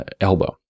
elbow